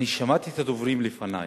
שמעתי את הדוברים לפני.